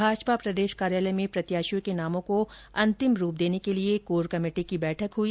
भाजपा प्रदेश कार्यालय में प्रत्याशियों के नामों को अंतिम रूप देने के लिए कोर कमेटी की बैठक हई